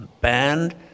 banned